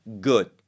good